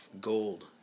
gold